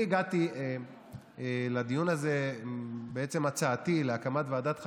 אני הגעתי לדיון הזה מעצם הצעתי להקמת ועדת חקירה,